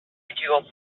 residual